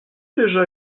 déjà